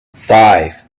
five